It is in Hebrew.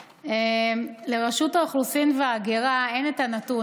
לרשות האוכלוסין וההגירה אין את הנתון,